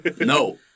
No